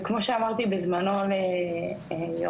וכמו שאמרתי בזמנו ליוראי,